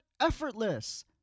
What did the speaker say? effortless